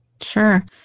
Sure